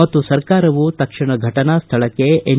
ಮತ್ತು ಸರ್ಕಾರವೂ ತಕ್ಷಣ ಘಟನಾ ಸ್ಥಳಕ್ಕೆ ಎನ್